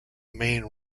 main